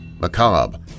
macabre